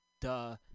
duh